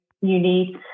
unique